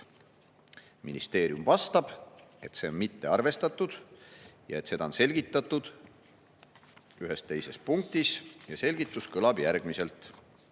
Ministeerium vastab, et see on mitte arvestatud ja seda on selgitatud ühes teises punktis. Selgitus kõlab järgmiselt: